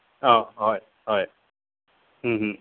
অঁ হয় হয়